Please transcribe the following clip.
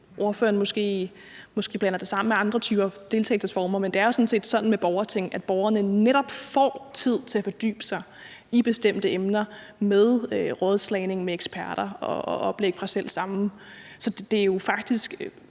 ordføreren måske blander det sammen med andre typer deltagelsesformer, men det er jo sådan set sådan med borgerting, at borgerne netop får tid til at fordybe sig i bestemte emner og har rådslagning med eksperter og oplæg fra selv samme. Så det er jo faktisk,